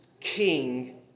king